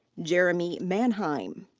jeremy manheim.